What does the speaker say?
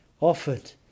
offered